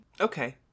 Okay